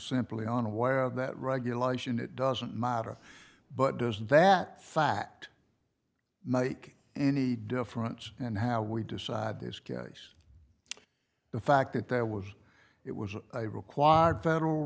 simply aren't aware of that regulation it doesn't matter but does that fact mike any difference and how we decide this case the fact that there was it was i required federal